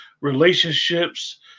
relationships